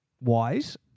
wise